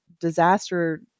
disaster